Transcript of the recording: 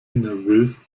nervös